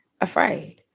afraid